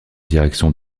direction